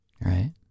Right